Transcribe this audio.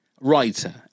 writer